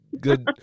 good